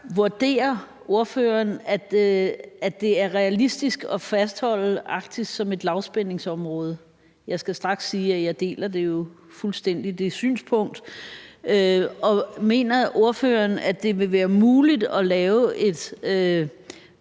Vurderer ordføreren, at det er realistisk at fastholde Arktis som et lavspændingsområde? Jeg skal straks sige, at jeg jo fuldstændig deler det synspunkt. Og mener ordføreren, at det vil være muligt at lave et